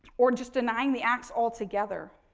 or just denying the acts altogether.